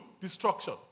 destruction